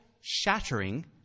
shattering